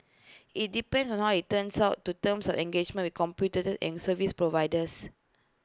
IT depends on how IT turns out to terms of engagement with computers and service providers